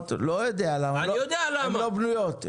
אני לא חייב לכם כסף,